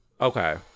Okay